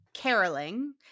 caroling